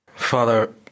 Father